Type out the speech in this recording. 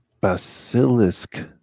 Basilisk